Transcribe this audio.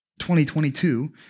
2022